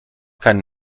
keinen